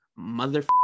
mother